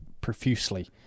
profusely